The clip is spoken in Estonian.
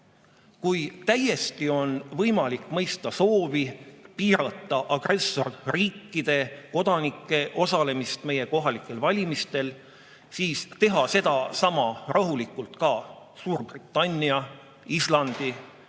On täiesti võimalik mõista soovi piirata agressorriikide kodanike osalemist meie kohalikel valimistel. Aga teha seda sama rahulikult ka Suurbritannia, Islandi,